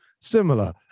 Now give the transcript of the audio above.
Similar